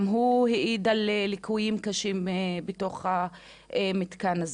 הוא העיד על ליקויים קשים בתוך המתקן הזה.